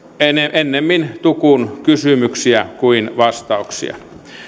ennemmin tukun kysymyksiä kuin vastauksia